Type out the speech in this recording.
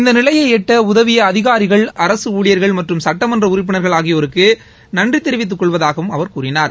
இந்த நிலையை எட்ட உதவியை அதிகாரிகள் அரசு ஊழியர்கள் மற்றும் சுட்டமன்ற உறுப்பினர்கள் ஆகியோருக்கு நன்றி தெரிவித்துக் கொள்வதாகவும் அவர் கூறினார்